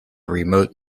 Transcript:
remote